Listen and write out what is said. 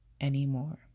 anymore